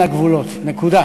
הסביבה, אין לה גבולות, נקודה.